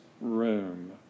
room